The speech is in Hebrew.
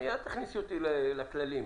אל תכניסי אותי לכללים.